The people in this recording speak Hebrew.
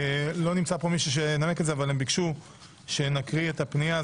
לא נמצא מי שינמק אבל ביקשו שנקריא את הפנייה.